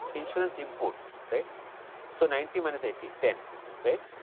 insurance imports right so ninety minus eighty ten right.